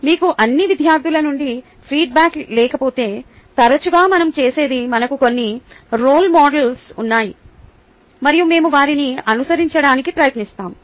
మీకు అన్ని విద్యార్థుల నుండి ఫీడ్బ్యాక్ లేకపోతే తరచుగా మనం చేసేది మనకు కొన్ని రోల్ మోడల్స్ ఉన్నాయి మరియు మేము వారిని అనుసరించడానికి ప్రయత్నిస్తాము